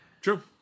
True